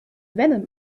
venom